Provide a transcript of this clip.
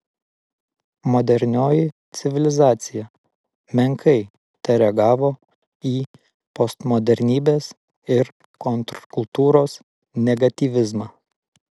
modernioji civilizacija menkai tereagavo į postmodernybės ir kontrkultūros negatyvizmą